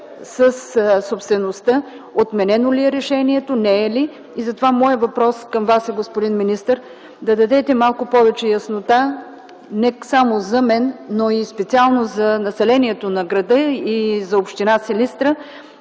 със собствеността – отменено ли е решението, не е ли? Моят въпрос към Вас, господин министър, е да дадете малко повече яснота не само за мен, но специално за населението на града и за община Силистра: